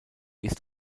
ist